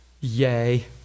Yay